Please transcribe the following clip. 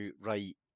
right